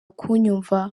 kunyumva